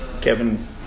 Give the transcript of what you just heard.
Kevin